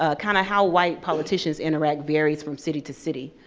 ah kinda how white politicians interact varies from city to city.